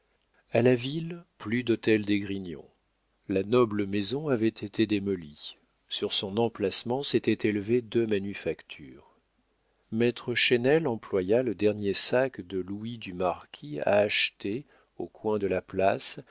a la ville plus d'hôtel d'esgrignon la noble maison avait été démolie sur son emplacement s'étaient élevées deux manufactures maître chesnel employa le dernier sac de louis du marquis à acheter au coin de la place